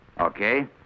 Okay